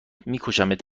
میکشمت